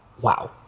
wow